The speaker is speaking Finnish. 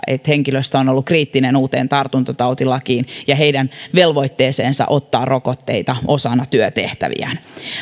henkilöstö on ollut kriittinen uuteen tartuntatautilakiin ja heidän velvoitteeseensa ottaa rokotteita osana työtehtäviään